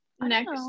Next